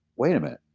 wait a minute.